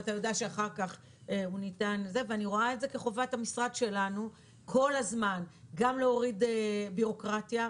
ואני רואה את זה כחובת המשרד שלנו כל הזמן גם להוריד בירוקרטיה.